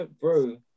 bro